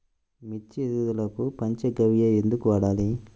మిర్చి ఎదుగుదలకు పంచ గవ్య ఎందుకు వాడాలి?